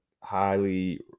highly